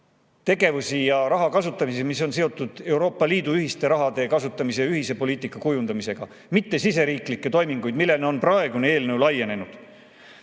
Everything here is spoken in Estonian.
tegevusi, mis on seotud Euroopa Liidu ühise raha kasutamisega, ühise poliitika kujundamisega, mitte siseriiklikke toiminguid, millele on praegune eelnõu laienenud.